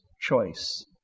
choice